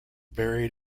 buried